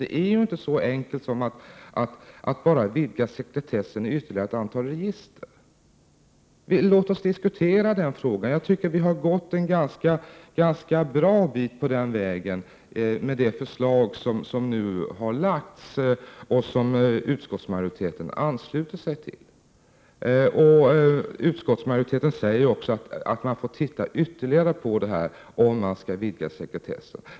Det är inte så enkelt som att bara vidga sekretessen i ytterligare ett antal register. Låt oss diskutera den frågan! Jag tycker att vi har gått en ganska bra bit på den vägen med det förslag som lagts fram och som utskottsmajoriteten ansluter sig till. Utskottsmajoriteten säger också att man får titta ytterligare på detta, om man skall vidga sekretessen.